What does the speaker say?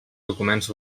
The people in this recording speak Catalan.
documents